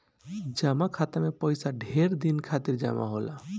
जमा खाता मे पइसा ढेर दिन खातिर जमा होला